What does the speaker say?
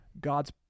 God's